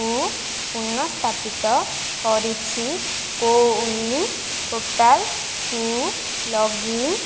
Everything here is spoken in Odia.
କୁ ପୁନଃସ୍ଥାପିତ କରିଛି କୋୱିନ୍ ପୋର୍ଟାଲ୍କୁ ଲଗ୍ ଇନ୍